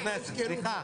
סליחה.